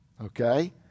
okay